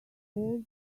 all